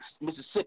Mississippi